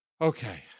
Okay